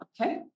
Okay